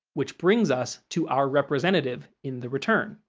which brings us to our representative in the return.